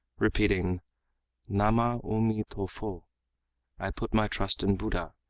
repeating namah o-mi-to-fo i put my trust in buddha!